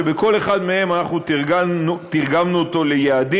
שכל אחד מהם אנחנו תרגמנו ליעדים,